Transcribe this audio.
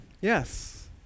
Yes